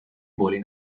voli